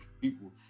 people